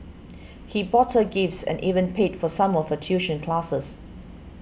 he bought her gifts and even paid for some of her tuition classes